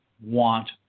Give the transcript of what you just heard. want